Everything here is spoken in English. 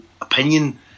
opinion